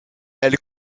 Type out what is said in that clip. elles